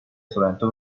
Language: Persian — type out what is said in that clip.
تورنتو